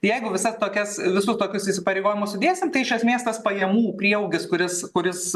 jeigu visa tokias visus tokius įsipareigojimus sudėsim tai iš esmės tas pajamų prieaugis kuris kuris